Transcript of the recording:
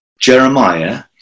Jeremiah